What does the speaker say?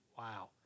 Wow